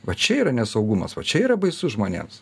va čia yra nesaugumas va čia yra baisu žmonėms